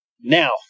Now